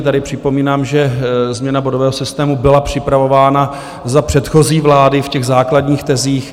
Tady připomínám, že změna bodového systému byla připravována za předchozí vlády v těch základních tezích.